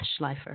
Schleifer